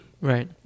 Right